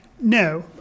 No